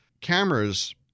cameras